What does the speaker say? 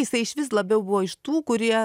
jisai išvis labiau buvo iš tų kurie